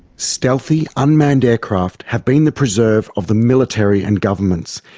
stealthy, unmanned aircraft have been the preserve of the military and governments.